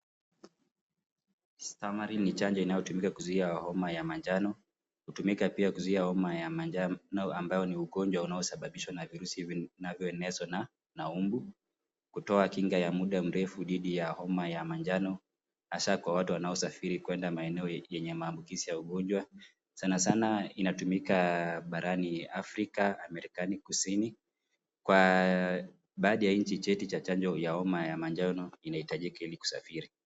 Stamaril ni chanjo inayotumika kuzuia homa ya manjano. Hutumika pia kuzuia homa ya manjano ambayo ni ugonjwa unaosababishwa na virusi hivi vinavyoenezwa na mbu. Kutoa kinga ya muda mrefu dhidi ya homa ya manjano, hasa kwa watu wanaosafiri kwenda maeneo yenye maambukizi ya ugonjwa. Sana sana inatumika barani Afrika, Amerika Kusini. Kwa baadhi ya nchi, cheti cha chanjo ya homa ya manjano inahitajika ili kusafiri.